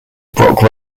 brooke